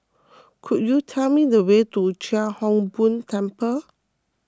could you tell me the way to Chia Hung Boo Temple